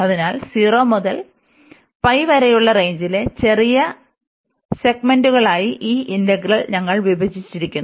അതിനാൽ 0 മുതൽ വരെയുള്ള റേഞ്ചിലെ ചെറിയ സെഗ്മെന്റുകളായി ഈ ഇന്റഗ്രൽ ഞങ്ങൾ വിഭജിച്ചിരിക്കുന്നു